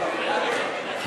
תודה,